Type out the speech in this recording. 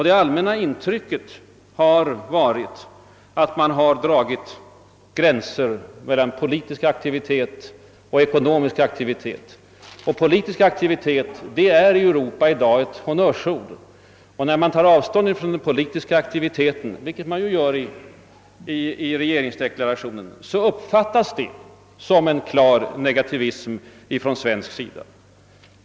Det allmänna intrycket har varit att man har dragit gränser mellan politisk aktivitet och ekonomisk aktivitet. Politisk aktivitet är i Europa i dag ett honnörsord, och när man tar avstånd från den aktiviteten — vilket man gör i regeringsdeklarationen — uppfattas detta som en negativism från svensk sida.